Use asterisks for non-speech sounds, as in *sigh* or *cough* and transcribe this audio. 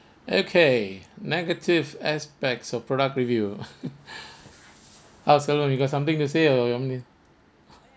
okay negative aspects of product review *laughs* ah how shen rong you got something to say or you want me to